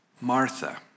Martha